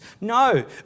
No